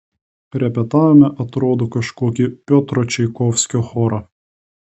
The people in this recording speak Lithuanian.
repetavome atrodo kažkokį piotro čaikovskio chorą